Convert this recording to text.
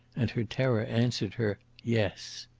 and her terror answered her yes.